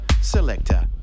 Selector